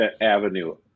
avenue